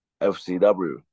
FCW